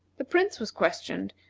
the prince was questioned,